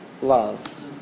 love